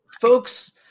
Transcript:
folks